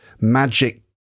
magic